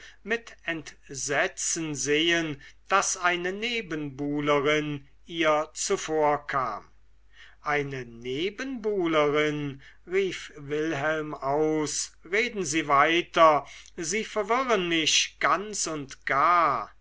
mit entsetzen sehen daß eine nebenbuhlerin ihr zuvorkam eine nebenbuhlerin rief wilhelm aus reden sie weiter sie verwirren mich ganz und gar